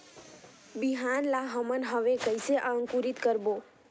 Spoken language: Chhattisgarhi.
बिहान ला हमन हवे कइसे अंकुरित करबो?